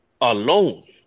alone